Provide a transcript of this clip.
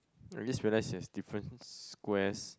I just realise there's different squares